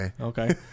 okay